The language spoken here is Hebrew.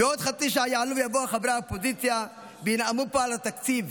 בעוד חצי שעה יעלו ויבואו חברי האופוזיציה וינאמו פה על התקציב,